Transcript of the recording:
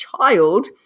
child